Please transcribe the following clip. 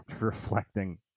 Reflecting